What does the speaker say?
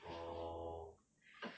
orh